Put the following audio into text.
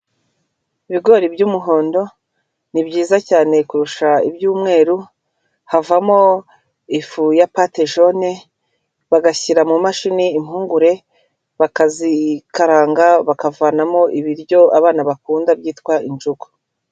Ibigori by'umuhondo ni byiza cyane kurusha iby'umweru, havamo ifu ya pate jaune, bagashyira mu mashini impungure bakazikaranga bakavanamo ibiryo abana bakunda byitwa injugu.